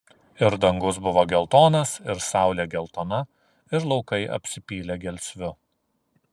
ir dangus buvo geltonas ir saulė geltona ir laukai apsipylė gelsviu